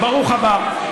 ברוך הבא.